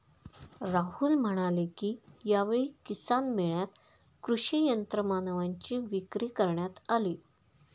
राहुल म्हणाले की, यावेळी किसान मेळ्यात कृषी यंत्रमानवांची विक्री करण्यात आली